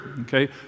Okay